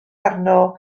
arno